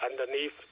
underneath